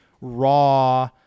raw